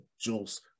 Jules